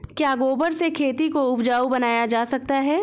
क्या गोबर से खेती को उपजाउ बनाया जा सकता है?